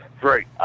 Great